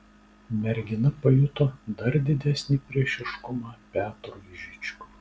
mergina pajuto dar didesnį priešiškumą petrui žičkui